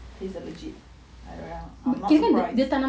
he's a legit err ya I am not surprised